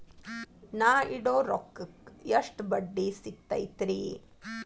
ನಾ ಇಡೋ ರೊಕ್ಕಕ್ ಎಷ್ಟ ಬಡ್ಡಿ ಸಿಕ್ತೈತ್ರಿ?